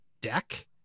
deck